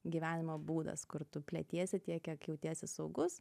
gyvenimo būdas kur tu pletiesi tiek kiek jautiesi saugus